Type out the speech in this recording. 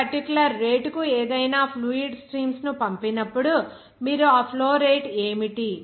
ఒక పర్టిక్యులర్ రేటుకు ఏదైనా ఫ్లూయిడ్ స్ట్రీమ్స్ ను పంపినప్పుడు మీరు ఆ ఫ్లో రేటు ఏమిటి